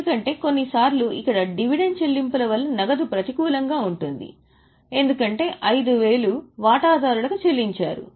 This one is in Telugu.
ఎందుకంటే కొన్నిసార్లు ఇక్కడ డివిడెండ్ చెల్లింపుల వల్ల నగదు ప్రతికూలంగా ఉంటుంది ఎందుకంటే 5000 వాటాదారులకు చెల్లించారు